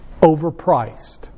overpriced